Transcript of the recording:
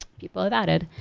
people have added.